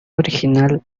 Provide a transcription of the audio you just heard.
original